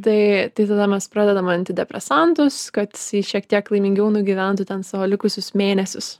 tai tai tada mes pradedam antidepresantus kad jisai šiek tiek laimingiau nugyventų ten savo likusius mėnesius